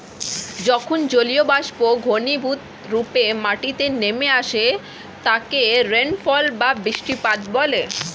যখন জলীয়বাষ্প ঘনীভূতরূপে মাটিতে নেমে আসে তাকে রেনফল বা বৃষ্টিপাত বলে